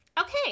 Okay